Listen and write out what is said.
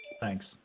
Thanks